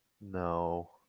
No